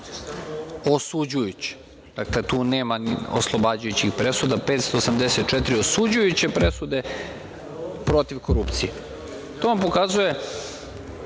osuđujuće. Dakle, tu nema oslobađajućih presuda, 584 osuđujuće presude protiv korupcije. To vam pokazuje